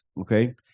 okay